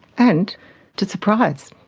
and to surprise.